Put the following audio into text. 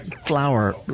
flower